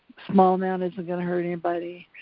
small amount isn't gonna hurt anybody,